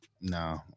No